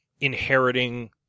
inheriting